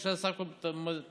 ביקשה בסך הכול תצהיר.